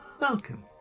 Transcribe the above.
Welcome